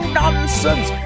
nonsense